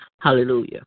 Hallelujah